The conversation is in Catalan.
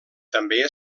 també